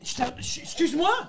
Excuse-moi